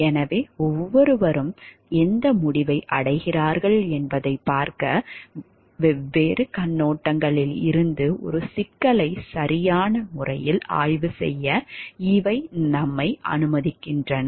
எனவே ஒவ்வொருவரும் எந்த முடிவை அடைகிறார்கள் என்பதைப் பார்க்க வெவ்வேறு கண்ணோட்டங்களில் இருந்து ஒரு சிக்கலைச் சரியான முறையில் ஆய்வு செய்ய இவை நம்மை அனுமதிக்கின்றன